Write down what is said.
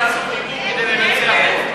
התשע"ג 2013,